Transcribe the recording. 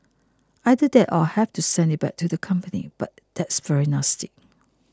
either that or have to send it back to the company but that's very nasty